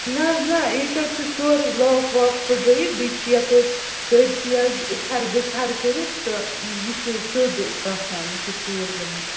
نہَ حظ نہَ ییٚتہِ حظ چھُ سورُے لاک واک پھُٹرٲوِتھ بیٚیہِ چھُ یَپٲرۍ سٲرسٕے حظ اِتھَر بِتھر کٔرِتھ تہٕ یہِ چھُ سیٚود بَاسان یہِ چھُ ژوٗر گٲمٕژ